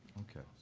ok,